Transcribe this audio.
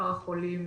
מספר החולים